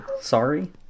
Sorry